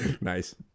Nice